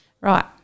Right